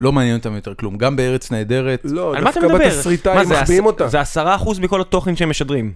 לא מעניין אותם יותר כלום, גם בארץ נהדרת. -על מה אתה מדבר? -לא, דווקא בתסריטאי, מחביאים אותה. -זה עשרה אחוז מכל התוכן שהם משדרים.